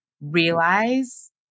realize